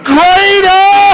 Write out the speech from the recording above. Greater